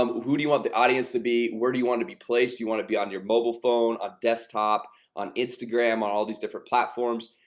um who do you want the audience to be where do you want to be placed you want to be on your mobile phone a desktop on instagram on all these different platforms,